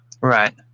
Right